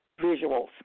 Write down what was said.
visuals